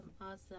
Awesome